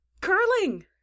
Curling